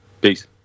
Peace